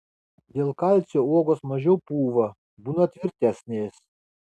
dėl kalcio uogos mažiau pūva būna tvirtesnės